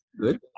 Good